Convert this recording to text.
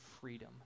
freedom